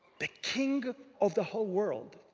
the king of the whole world,